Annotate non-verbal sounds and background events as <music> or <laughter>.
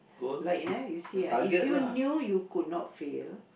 like <noise> you see ah if you knew you could not fail